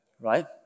Right